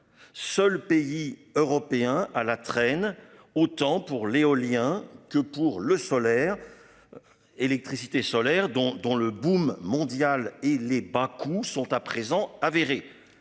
Seuls pays européens à la traîne autant pour l'éolien que pour le solaire. Électricité solaire dont dont le boom mondial et les bas coûts sont à présent avérés,